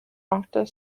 after